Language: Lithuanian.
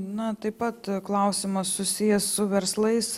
na taip pat klausimas susijęs su verslais